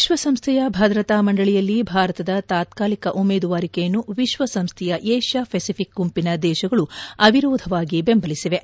ವಿಶ್ವಸಂಸ್ಥೆಯ ಭದ್ರತಾ ಮಂಡಳಿಯಲ್ಲಿ ಭಾರತದ ತಾತ್ಕಾಲಿಕ ಉಮೇದುವಾರಿಕೆಯನ್ನು ವಿಶ್ವಸಂಸ್ಥೆಯ ಏಷ್ಯಾ ಪೆಸಿಫಿಕ್ ಗುಂಪಿನ ದೇಶಗಳು ಅವಿರೋಧವಾಗಿ ಬೆಂಬಲಿಸಿವೆ